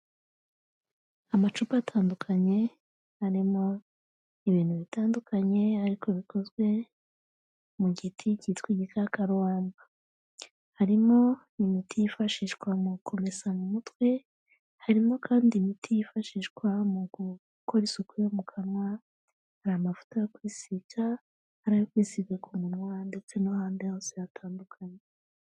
Amacupa atandukanye arimo ibintu bitandukanye ariko bikozwe mu giti cyitwa igikakarubamba. Harimo imiti yifashishwa mu kumesa mu mutwe, harimo kandi imiti yifashishwa mu gukora isuku yo mu kanwa, hari amavuta yo kwisiga, hari ayo kwisiga ku munwa ndetse n'ahandi hose hatandukanye.